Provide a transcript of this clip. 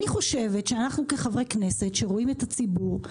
אני חושבת שאנחנו כחברי כנסת שרואים את הציבור,